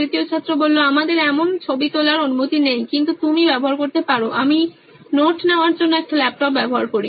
তৃতীয় ছাত্র আমাদের এমন ছবি তোলার অনুমতি নেই কিন্তু তুমি ব্যবহার করতে পারো আমি নোট নেওয়ার জন্য একটি ল্যাপটপ ব্যবহার করি